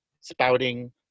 spouting